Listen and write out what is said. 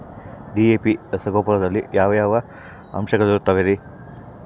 DAP ರಸಗೊಬ್ಬರದಲ್ಲಿ ಯಾವ ಯಾವ ಅಂಶಗಳಿರುತ್ತವರಿ?